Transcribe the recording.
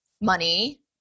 money